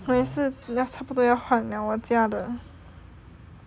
我也是差不多要换了我家的